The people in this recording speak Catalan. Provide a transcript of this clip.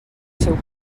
seu